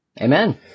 Amen